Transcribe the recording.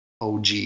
OG